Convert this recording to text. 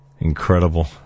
Incredible